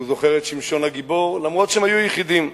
הוא זוכר את שמשון הגיבור, אפילו שהם היו יחידים.